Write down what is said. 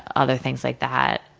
other things like that.